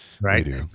Right